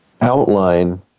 outline